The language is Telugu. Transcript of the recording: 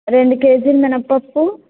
రెండు కేజీలు మినప్పప్పు